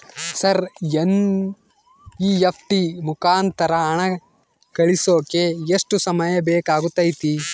Sir NEFT ಮುಖಾಂತರ ಹಣ ಕಳಿಸೋಕೆ ಎಷ್ಟು ಸಮಯ ಬೇಕಾಗುತೈತಿ?